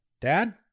Dad